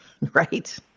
Right